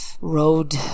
road